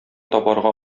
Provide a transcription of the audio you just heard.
табарга